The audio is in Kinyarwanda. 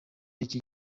iki